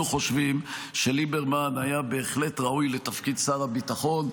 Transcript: חושבים שליברמן היה בהחלט ראוי לתפקיד שר הביטחון,